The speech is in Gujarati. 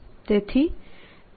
તેથી તે સરફેસ ચાર્જ જેવું છે